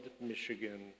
Michigan